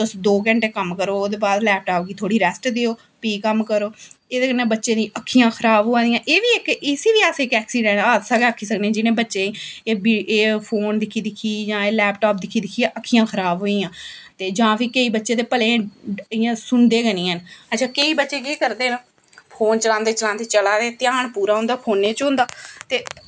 तुस दो घैंटे कम्म करो ओह्दे बाद लैपटाप गी थोह्ड़ी रैस्ट देओ फ्ही कम्म करो एह्दे कन्नै बच्चें दियां अक्खियां खराब होआ दियां एह् बी इक इसी बी अस ऐक्सिडैंट हादसा गै आक्खी सकने जियां बच्चें गी एह् फोन दिक्खी दिक्खी जां एह् लैपटाप दिक्खी दिक्खियै अक्खियां खराब होई गेइयां ते जां केईं बच्चे भलेआं गै इ'यां सुनदे गै निं हैन अच्छा केईं बच्चे केह् करदे न फोन चलांदे चलांदे चला दे ध्यान पूरा फोनै च होंदा ते